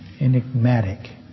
Enigmatic